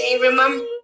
Remember